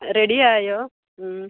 റെഡിയായോ